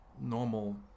normal